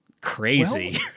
crazy